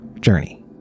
journey